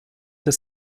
der